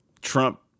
Trump